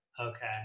Okay